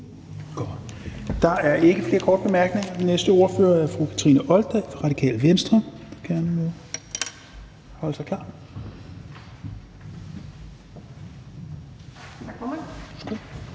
Der er ikke flere korte bemærkninger. Den næste ordfører er fru Kathrine Olldag, Radikale Venstre.